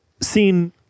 seen